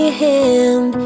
hand